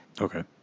okay